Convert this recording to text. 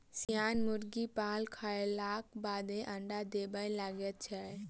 सियान मुर्गी पाल खयलाक बादे अंडा देबय लगैत छै